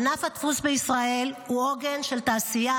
ענף הדפוס בישראל הוא עוגן של תעשייה